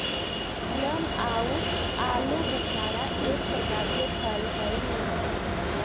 plum आउ आलूबुखारा एक प्रकार के फल हई